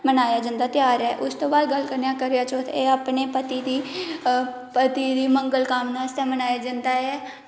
मनाया जंदा ध्यार ऐ उसदे बाद गल्ल करने आं करेआ चौथ एह् अपने पति दी पति दी मंगल कामना आस्तै मनाया जंदा ऐ